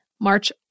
March